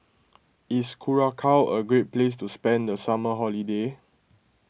is Curacao a great place to spend the summer holiday